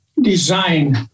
design